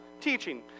teaching